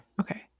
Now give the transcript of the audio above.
Okay